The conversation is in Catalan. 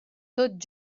tot